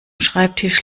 schreibtisch